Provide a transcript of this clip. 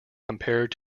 compared